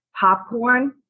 Popcorn